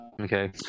okay